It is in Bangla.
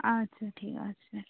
আচ্ছা ঠিক আছে